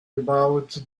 about